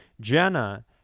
Jenna